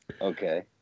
Okay